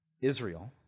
Israel